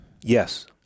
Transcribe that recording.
Yes